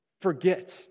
forget